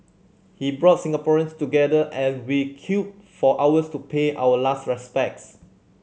he brought Singaporeans together and we queued for hours to pay our last respects